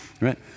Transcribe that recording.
right